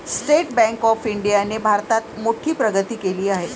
state Bank of इंडियाने भारतात मोठी प्रगती केली आहे